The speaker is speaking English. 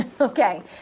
Okay